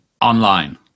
online